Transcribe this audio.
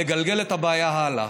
לגלגל את הבעיה הלאה.